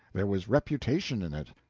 there was reputation in it.